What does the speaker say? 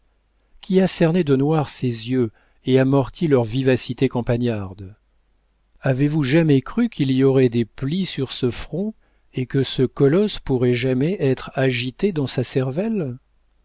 qui a cerné de noir ces yeux et amorti leur vivacité campagnarde avez-vous jamais cru qu'il y aurait des plis sur ce front et que ce colosse pourrait jamais être agité dans sa cervelle